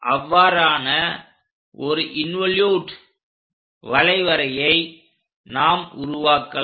அவ்வாறான ஒரு இன்வோலூட் வளைவரையை நாம் உருவாக்கலாம்